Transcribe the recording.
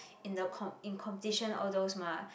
in the com~ in competition all those mah